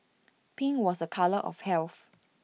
pink was A colour of health